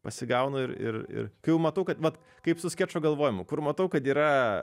pasigaunu ir ir ir kai jau matau kad vat kaip su skečo galvojimu kur matau kad yra